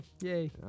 Yay